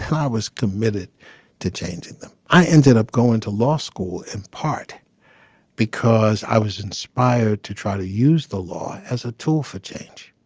and i was committed to changing them. i ended up going into law school in part because i was inspired to try to use the law as a tool for change.